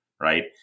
Right